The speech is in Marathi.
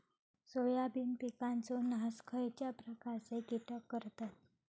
सोयाबीन पिकांचो नाश खयच्या प्रकारचे कीटक करतत?